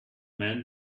man